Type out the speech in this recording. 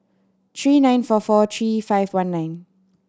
three nine four four three five one nine